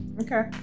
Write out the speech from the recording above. okay